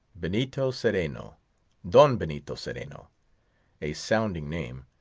benito cereno don benito cereno a sounding name.